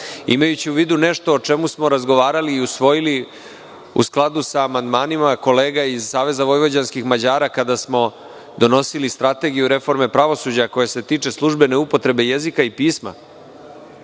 imajući u vidu nešto o čemu smo razgovarali i usvojili u skladu sa amandmanima kolega iz SVM kada smo donosili Strategiju reforme pravosuđa, koja se tiče službene upotrebe jezika i pisma,